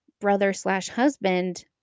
brother/slash/husband